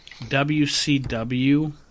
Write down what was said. WCW